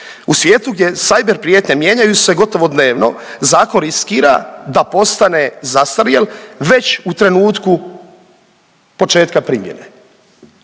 U svijetu gdje cyber prijetnje mijenjaju se gotovo dnevno zakon riskira da postane zastarjel već u trenutku početka primjene.